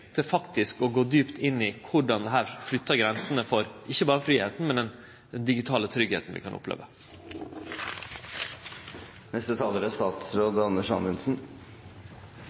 til faktisk å gå djupt inn i korleis dette flyttar grensene ikkje berre for fridomen, men for den digitale tryggleiken vi kan